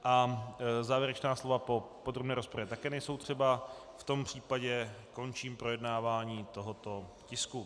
A závěrečná slova po podrobné rozpravě také nejsou třeba, v tom případě končím projednávání tohoto tisku.